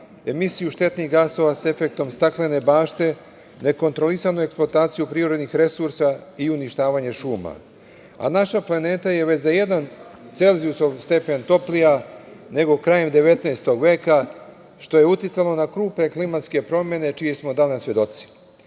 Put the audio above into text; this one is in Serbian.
emisiju štetnih gasova sa efektom staklene bašte, nekontrolisanu eksploataciju prirodnih resursa i uništavanje šuma. Naša planeta je za jedan stepen Celzijusa toplija nego krajem 19. veka, što je uticalo na krupne klimatske promene čiji smo danas svedoci. Sve